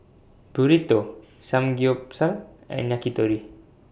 Burrito Samgeyopsal and Yakitori